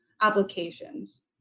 applications